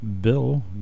Bill